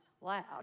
loud